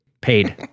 Paid